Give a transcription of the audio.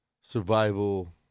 survival